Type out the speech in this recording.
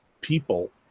people